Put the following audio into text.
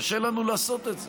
קשה לנו לעשות את זה.